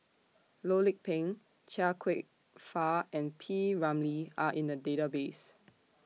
Loh Lik Peng Chia Kwek Fah and P Ramlee Are in The Database